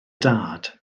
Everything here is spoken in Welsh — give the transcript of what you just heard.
dad